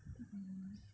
mm